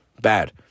Bad